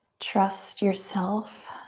trust yourself.